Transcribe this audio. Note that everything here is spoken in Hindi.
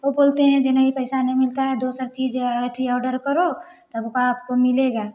वो बोलते हैं जे नहीं पैसा नहीं मिलता है दोसर चीज़ ऑर्डर करो तब का आपको मिलेगा